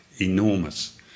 enormous